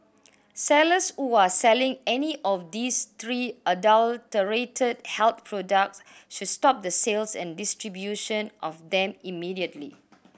sellers who are selling any of these three adulterated health products should stop the sales and distribution of them immediately